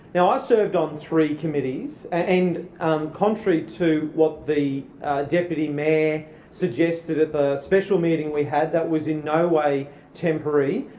now i served on three committees and contrary to what the deputy mayor suggested at the special meeting we had, that was in no way temporary.